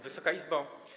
Wysoka Izbo!